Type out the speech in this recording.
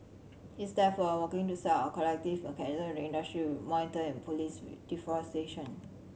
he is therefore working to set up a collective mechanism with the to monitor and police deforestation